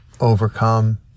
overcome